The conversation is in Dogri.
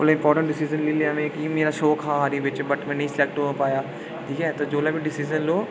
ओल्लै इम्पार्टेंट डिसीजन लेई लैआ में की एह् मेरा शौक हा आर्मी बिच वट नेईं सिलेक्ट होई पाया इ'यै की जोल्लै बी डिसीजन लो